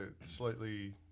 slightly